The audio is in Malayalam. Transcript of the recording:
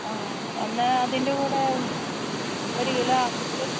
അ എന്നാ അതിൻ്റെ കൂടെ ഒരു കിലോ ആപ്പിൾ ഒരു കിലോ